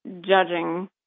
judging